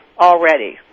already